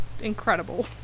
incredible